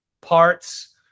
parts